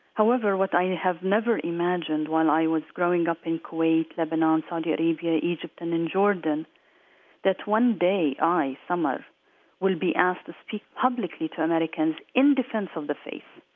however, what i have never imagined while i was growing up in kuwait, lebanon, saudi arabia, egypt, and in jordan that one day i, samar, will be asked to speak publicly to americans in defense of the faith.